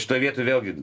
šitoj vietoj vėlgi